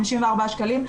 54 שקלים.